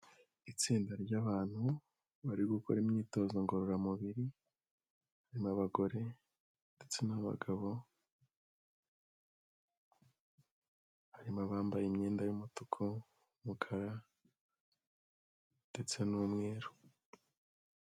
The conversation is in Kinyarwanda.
Itsinda ry'abantu bari gukora imyitozo ngororamubiri, abagore ndetse nabagabo, harimo abambaye imyenda y'umutuku n'umukara ndetse n'umweru.